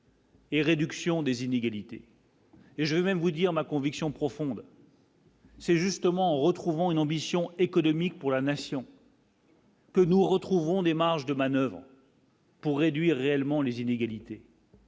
Et réduction des inégalités. Et je vais même vous dire ma conviction profonde. C'est justement en retrouvant une ambition économique pour la nation. Que nous retrouvons des marges de manoeuvre. Pour réduire réellement les inégalités.